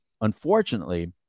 unfortunately